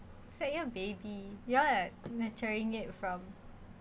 say your baby you all are nurturing it from